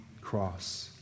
cross